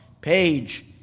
page